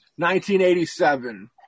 1987